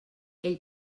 ell